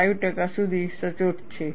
5 ટકા સુધી સચોટ છે